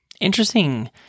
Interesting